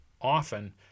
often